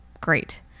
great